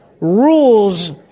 Rules